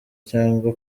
cyangwa